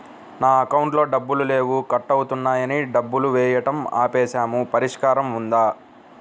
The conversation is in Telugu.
నా అకౌంట్లో డబ్బులు లేవు కట్ అవుతున్నాయని డబ్బులు వేయటం ఆపేసాము పరిష్కారం ఉందా?